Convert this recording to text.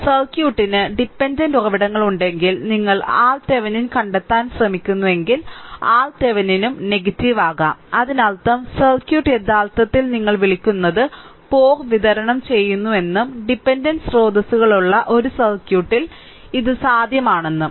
സർക്യൂട്ടിന് ഡിപെൻഡന്റ് ഉറവിടങ്ങളുണ്ടെങ്കിൽ നിങ്ങൾ RThevenin കണ്ടെത്താൻ ശ്രമിക്കുന്നുവെങ്കിൽ RThevenin ഉം നെഗറ്റീവ് ആകാം അതിനർത്ഥം സർക്യൂട്ട് യഥാർത്ഥത്തിൽ നിങ്ങൾ വിളിക്കുന്നത് പോർ വിതരണം ചെയ്യുന്നുവെന്നും ഡിപെൻഡന്റ് സ്രോതസ്സുകളുള്ള ഒരു സർക്യൂട്ടിൽ ഇത് സാധ്യമാണെന്നും